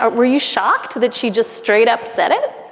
ah were you shocked that she just straight up said it?